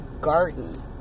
garden